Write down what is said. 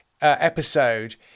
episode